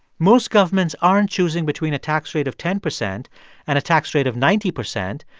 most governments aren't choosing between a tax rate of ten percent and a tax rate of ninety percent.